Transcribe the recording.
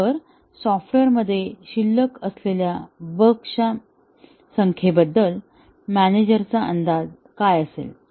तर सॉफ्टवेअरमध्ये शिल्लक असलेल्या बगच्या संख्येबद्दल मॅनेजरचा अंदाज काय असेल